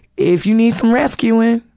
if you need some rescuing,